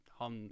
han